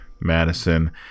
Madison